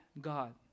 God